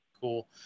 Cool